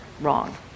Wrong